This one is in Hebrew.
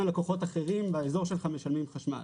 לקוחות אחרים באזור שלך משלמים חשמל.